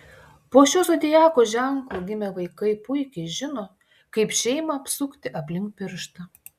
po šiuo zodiako ženklu gimę vaikai puikiai žino kaip šeimą apsukti aplink pirštą